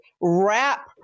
wrap